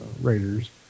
Raiders